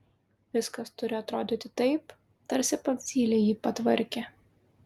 viskas turi atrodyti taip tarsi pats zylė jį patvarkė